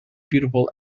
beautiful